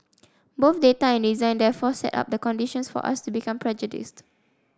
both data and design therefore set up the conditions for us to become prejudiced